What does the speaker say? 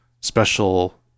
special